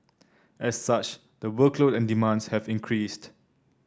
as such the workload and demands have increased